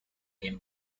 him